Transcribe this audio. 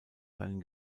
seinen